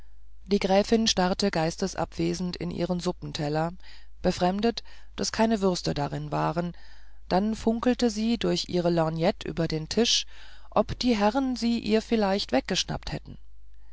die gräfin starrte geistesabwesend in ihren suppenteller befremdet daß keine würste darin waren dann funkelte sie durch ihre lorgnette über den tisch ob die herren sie ihr vielleicht weggeschnappt hätten